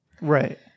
Right